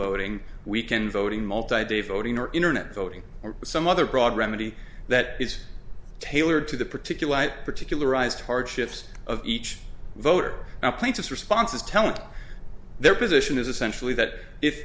voting weekend voting multi day voting or internet voting or some other broad remedy that is tailored to the particular particularized hardships of each voter plaintiff's responses telling their position is essentially that i